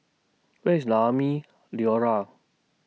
Where IS Naumi Liora